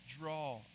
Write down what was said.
draw